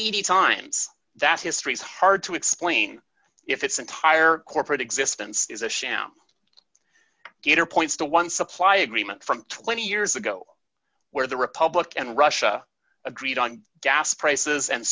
eighty times that history is hard to explain if its entire corporate existence is a sham gator points to one supply agreement from twenty years ago where the republic and russia agreed on gas prices and